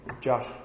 Josh